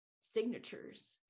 signatures